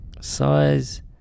Size